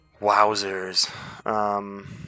Wowzers